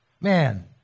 Man